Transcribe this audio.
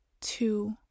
two